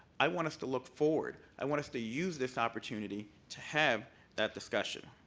i want us to look forward, i want us to use this opportunity to have that discussion.